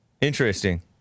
Interesting